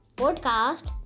podcast